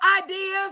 ideas